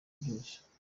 byose